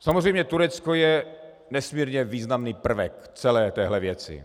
Samozřejmě Turecko je nesmírně významný prvek celé téhle věci.